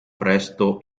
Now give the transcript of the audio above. presto